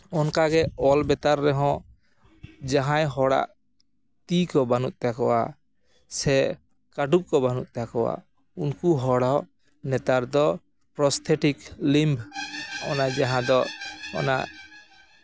ᱚᱱᱠᱟᱜᱮ ᱚᱞ ᱵᱮᱛᱟᱨ ᱨᱮᱦᱚᱸ ᱡᱟᱦᱟᱸᱭ ᱦᱚᱲᱟᱜ ᱛᱤ ᱠᱚ ᱵᱟᱹᱱᱩᱜ ᱛᱟᱠᱚᱣᱟ ᱥᱮ ᱠᱟᱹᱴᱩᱯ ᱠᱚ ᱵᱟᱹᱱᱩᱜ ᱛᱟᱠᱚᱣᱟ ᱩᱱᱠᱩ ᱦᱚᱲ ᱦᱚᱸ ᱱᱮᱛᱟᱨ ᱫᱚ ᱯᱨᱚᱛᱷᱮᱴᱤᱠ ᱞᱤᱢ ᱚᱱᱟ ᱡᱟᱦᱟᱸ ᱫᱚ ᱚᱱᱟ